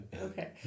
Okay